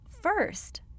first